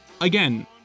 again